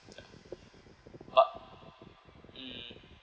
but